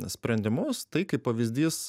sprendimus tai kaip pavyzdys